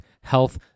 health